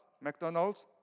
McDonald's